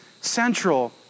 central